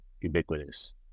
ubiquitous